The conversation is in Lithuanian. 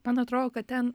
man atrodo kad ten